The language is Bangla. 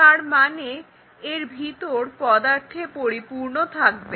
তারমানে এর ভিতর পদার্থে পরিপূর্ণ থাকবে